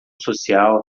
social